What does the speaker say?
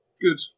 good